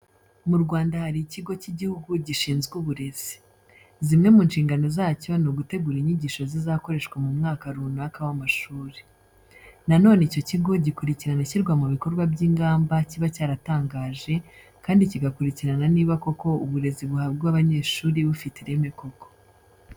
Mu Rwanda hari ikigo cy'igihugu gishinzwe uburezi. Zimwe mu nshingano zacyo ni ugutegura inyigisho zizakoreshwa mu mwaka runaka w'amashuri. Na none icyo kigo gukurikirana ishyirwa mu bikorwa by'ingamba kiba cyaratangaje kandi kigakurikirana niba koko uburezi buhabwa abanyeshuri bufite ireme koko.